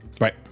right